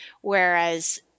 whereas